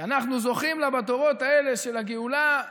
שאנחנו זוכים לה בדורות האלה של הגאולה,